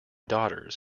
daughters